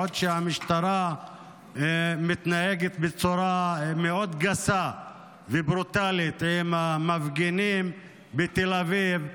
והמשטרה מתנהגת בצורה מאוד גסה וברוטלית עם המפגינים בתל אביב.